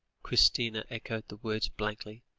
christina echoed the words blankly,